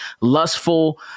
lustful